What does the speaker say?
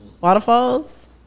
Waterfalls